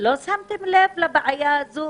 לא שמתם לב לבעיה הזו?